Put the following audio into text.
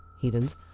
heathens